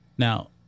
Now